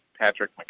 Patrick